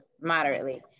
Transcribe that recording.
moderately